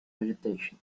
vegetation